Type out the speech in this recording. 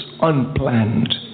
unplanned